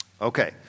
Okay